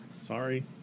Sorry